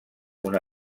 una